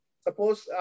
Suppose